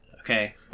okay